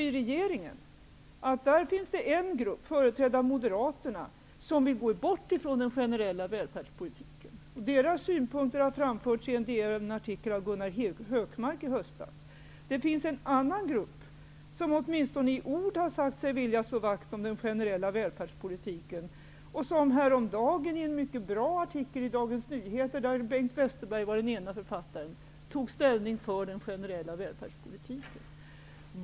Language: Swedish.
I regeringen finns det en grupp, företrädd av Moderaterna, som vill gå bort från den generella välfärdspolitiken. Dess synpunkter har framförts i en DN-artikel av Gunnar Hökmark i höstas. Det finns en annan grupp, som åtminstone i ord har sagt sig vilja slå vakt om den generella väl färdspolitiken och som häromdagen i en mycket bra artikel i Dagens Nyheter -- Bengt Westerberg var den ene författaren -- tog ställning för den ge nerella välfärdspolitiken.